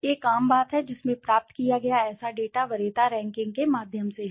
एक आम बात है जिसमें प्राप्त किया गया ऐसा डेटा वरीयता रैंकिंग के माध्यम से है